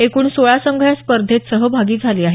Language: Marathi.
एकूण सोळा संघ या स्पर्धेत सहभागी झाले आहेत